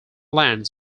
lands